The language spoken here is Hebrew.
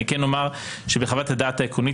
אני כן אומר שבחוות הדעת העקרונית,